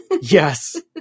Yes